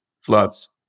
floods